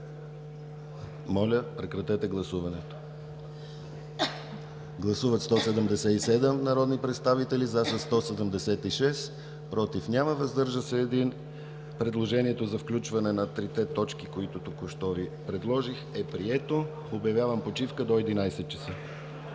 Моля, гласувайте. Гласували 177 народни представители: за 176, против няма, въздържал се 1. Предложението за включване на трите точки, които току-що Ви предложих, е прието. Обявявам почивка до 11,00 ч.